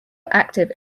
active